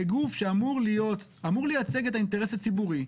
כגוף שאמור לייצג את האינטרס הציבורי,